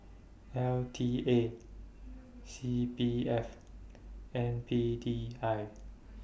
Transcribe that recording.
L T A C P F and P D I